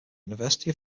university